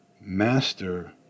master